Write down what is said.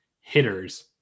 hitters